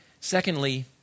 Secondly